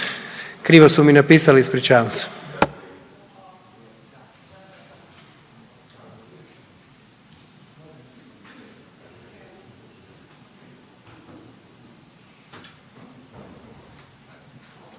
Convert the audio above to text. Krivo su mi napisali, ispričavam se.